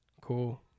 Cool